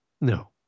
No